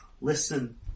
listen